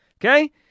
Okay